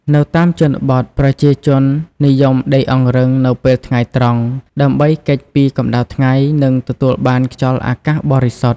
នៅតាមជនបទ ប្រជាជននិយមដេកអង្រឹងនៅពេលថ្ងៃត្រង់ ដើម្បីគេចពីកម្ដៅថ្ងៃ និងទទួលបានខ្យល់អាកាសបរិសុទ្ធ។